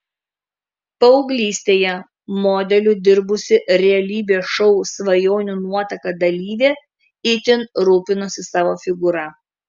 paauglystėje modeliu dirbusi realybės šou svajonių nuotaka dalyvė itin rūpinosi savo figūra